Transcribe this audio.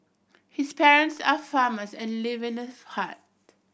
his parents are farmers and live in a hut